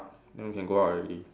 then we can go out already